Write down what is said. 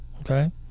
Okay